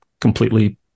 completely